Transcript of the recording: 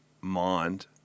mind